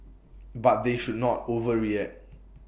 but they should not overreact